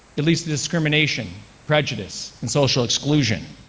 it leads to discrimination, prejudice, and social exclusion.